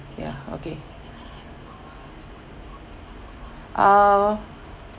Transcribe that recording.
ya okay uh